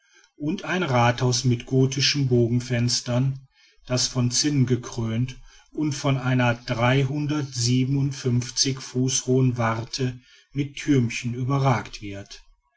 und ein rathhaus mit gothischen bogenfenstern das von zinnen gekrönt und von einer dreihundertsiebenundfünfzig fuß hohen warte mit thürmchen überragt wird